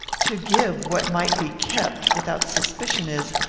to give what might be kept without suspicion is,